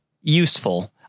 useful